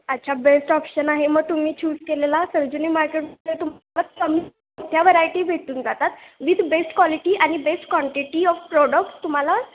अच्छा best option आहे मग तुम्ही चूज केलेला सरोजिनी मार्केट तु कमी ह्या व्हरायटी भेटून जातात विथ बेट क्वालिटी आणि बेस्ट क्वांटिटी ऑफ प्रॉडक्ट तुम्हाला